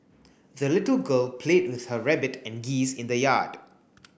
the little girl played with her rabbit and geese in the yard